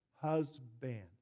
husband